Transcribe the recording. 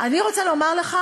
אני רוצה לומר לך